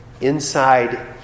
inside